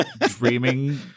dreaming